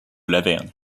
lavergne